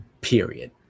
Period